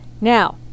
Now